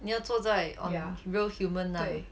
你要做在 on real human ah